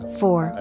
four